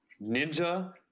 ninja